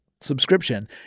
subscription